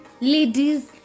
ladies